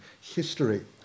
history